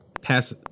pass